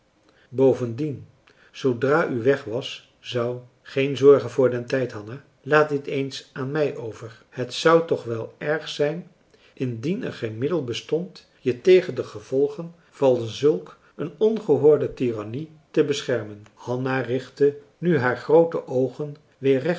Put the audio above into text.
bovendien zoodra u weg was zou geen zorgen voor den tijd hanna laat dit eens aan mij over het zou toch wel erg zijn indien er geen middel bestond je tegen de gevolgen van zulk een ongehoorde tirannij te beschermen hanna richtte nu haar groote oogen weer